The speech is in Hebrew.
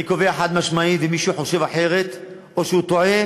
אני קובע חד-משמעית, ומי שחושב אחרת, או שהוא טועה